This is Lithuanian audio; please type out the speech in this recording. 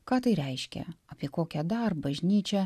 ką tai reiškia apie kokią dar bažnyčią